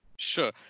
Sure